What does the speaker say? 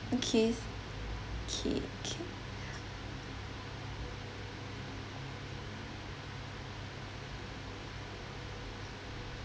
okay K K